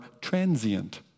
transient